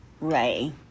Ray